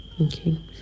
Okay